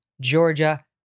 Georgia